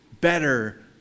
better